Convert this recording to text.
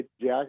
Jack